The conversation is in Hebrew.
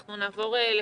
אנחנו נעבור לפרופ'